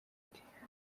dee